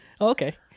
Okay